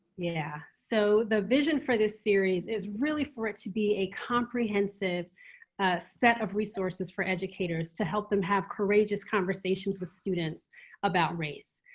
yeah. so the vision for the series is for it to be a comprehensive set of resources for educators to help them have courageous conversations with students about race.